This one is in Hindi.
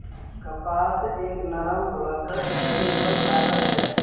कपास एक नरम, भुलक्कड़ स्टेपल फाइबर है